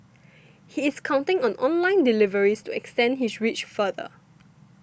he is counting on online deliveries to extend his reach farther